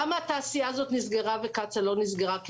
למה התעשייה הזאת נסגרה וקצא"א לא נסגרה?